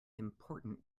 important